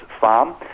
Farm